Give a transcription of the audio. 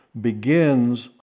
begins